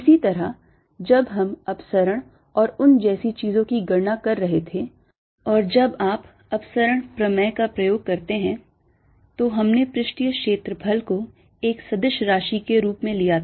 इसी तरह जब हम अपसरण और उन जैसी चीजों की गणना कर रहे थे और जब आप अपसरण प्रमेय का प्रयोग करते हैं तो हमने पृष्ठीय क्षेत्रफल को एक सदिश राशि के रूप में लिया था